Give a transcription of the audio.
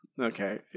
Okay